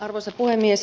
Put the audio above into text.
arvoisa puhemies